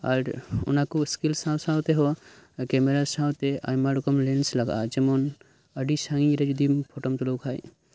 ᱟᱨ ᱚᱱᱟ ᱠᱚ ᱥᱠᱤᱞ ᱥᱟᱶ ᱥᱟᱶᱛᱮᱦᱚᱸ ᱠᱮᱢᱮᱨᱟ ᱥᱟᱶᱛᱮ ᱟᱭᱢᱟ ᱨᱚᱠᱚᱢ ᱞᱮᱱᱥ ᱞᱟᱜᱟᱜᱼᱟ ᱡᱮᱢᱚᱱ ᱟᱹᱰᱤ ᱥᱟᱹᱜᱤᱧ ᱨᱮ ᱡᱩᱫᱤᱢ ᱯᱷᱳᱴᱳᱢ ᱛᱩᱞᱟᱹᱣ ᱠᱷᱟᱱ